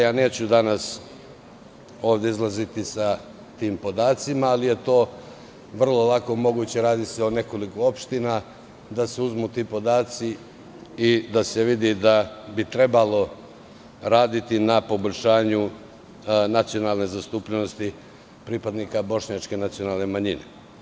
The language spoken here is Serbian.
Ovde danas neću izlaziti s tim podacima, ali je to lako moguće, radi se o nekoliko opština, da se uzmu ti podaci i da se vidi da bi trebalo raditi na poboljšanju nacionalne zastupljenosti pripadnika bošnjačke nacionalne manjine.